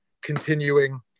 continuing